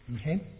Okay